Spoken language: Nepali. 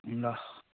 ल